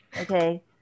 okay